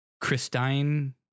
Christine